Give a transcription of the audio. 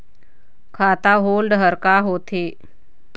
खाता होल्ड हर का होथे?